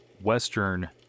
western